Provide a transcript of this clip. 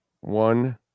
one